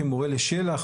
כמורה לשל"ח,